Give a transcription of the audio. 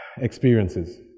experiences